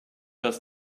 das